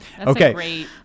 Okay